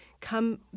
come